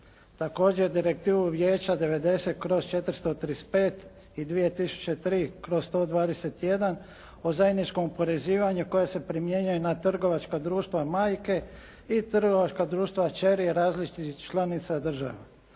Također Direktivu Vijeća 90/435 i 2003/121 o zajedničkom oporezivanju koje se primjenjuje na trgovačka društva majke i trgovačka društva kćeri različitih članica država